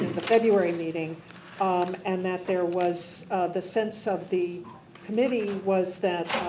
the february meeting um and that there was the sense of the committee was that.